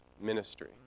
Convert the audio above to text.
ministry